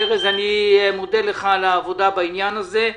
ארז, אני מודה לך על העבודה בעניין הזה.